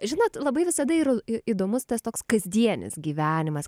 žinot labai visada yra įdomus tas toks kasdienis gyvenimas